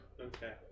Okay